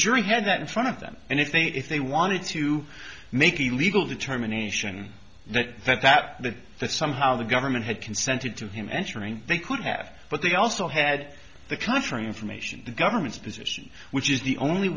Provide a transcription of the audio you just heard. jury had that in front of them and if they if they wanted to make a legal determination that that that that that somehow the government had consented to him entering they could have but they also had the contrary information the government's position which is the only